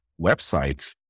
websites